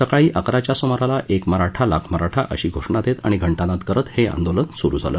सकाळी अकराच्या सुमारास एक मराठा लाख मराठा अशी घोषणा देत आणि घंटानाद करीत हे आंदोलन सुरू झाले